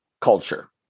culture